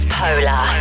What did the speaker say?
polar